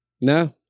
no